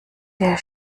der